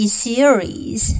series